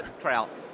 trout